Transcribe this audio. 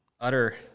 utter